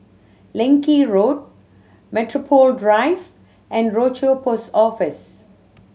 Leng Kee Road Metropole Drive and Rochor Post Office